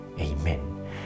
Amen